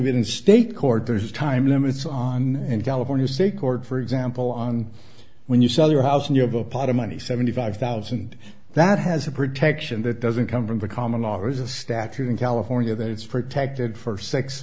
but in state court there's time limits on in california state court for example on when you sell your house and you have a pot of money seventy five thousand that has a protection that doesn't come from the common law there's a statute in california that it's protected for six